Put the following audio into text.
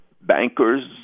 bankers